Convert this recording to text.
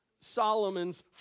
Solomon's